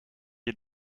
had